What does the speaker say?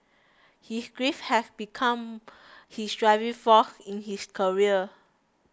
his grief had become his driving force in his career